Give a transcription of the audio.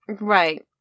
Right